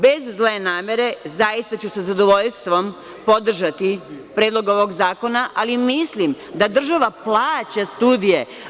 Bez zle namere, zaista ću sa zadovoljstvom podržati predlog ovog zakona, ali mislim da država plaća studije.